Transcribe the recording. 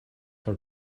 her